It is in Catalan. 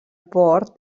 port